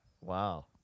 Wow